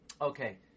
Okay